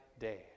day